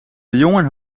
jongen